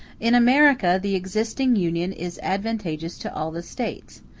in america the existing union is advantageous to all the states,